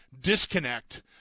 disconnect